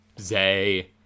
Zay